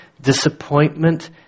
disappointment